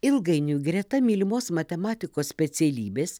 ilgainiui greta mylimos matematikos specialybės